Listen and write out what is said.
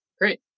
Great